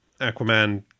Aquaman